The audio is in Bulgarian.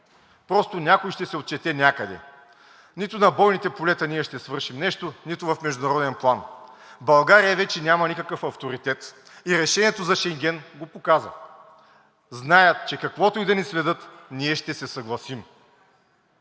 Просто някой ще се отчете някъде. Нито на бойните полета ние ще свършим нещо, нито в международен план. България вече няма никакъв авторитет. Решението за Шенген го показа. Знаят, че каквото и да ни сведат, ние ще се съгласим.